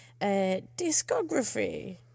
Discography